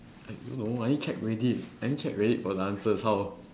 I don't know I need check reddit I need check reddit for the answers how